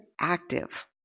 active